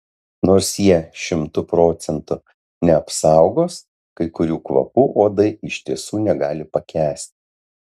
nors jie šimtu procentų neapsaugos kai kurių kvapų uodai iš tiesų negali pakęsti